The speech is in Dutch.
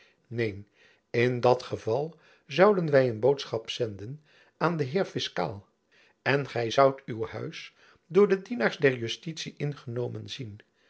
neen in dat geval zouden jacob van lennep elizabeth musch wy een boodschap zenden aan den heer fiskaal en gy zoudt uw huis door de dienaars der justitie ingenomen zien